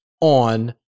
on